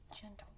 gentle